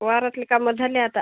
वावरातली कामं झाली आता